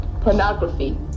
pornography